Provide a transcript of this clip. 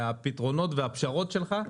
והפתרונות והפשרות שלך,